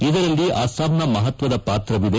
ಇದರಲ್ಲಿ ಅಸ್ತಾಂನ ಮಹತ್ವದ ಪಾತ್ರವಿದೆ